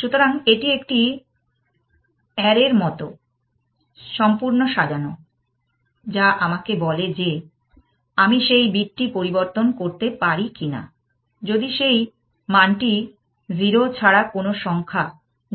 সুতরাং এটি একটি অ্যারের মতো সম্পুর্ণ সাজানো যা আমাকে বলে যে আমি সেই বিটটি পরিবর্তন করতে পারি কি না যদি সেই মানটি 0 ছাড়া কোনো সংখ্যা